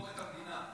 לביקורת המדינה.